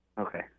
Okay